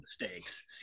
mistakes